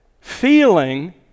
Feeling